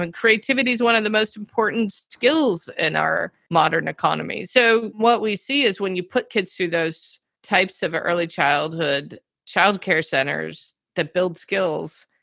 creativity is one of the most important skills in our modern economy. so what we see is when you put kids to those types of early childhood child care centers that build skills,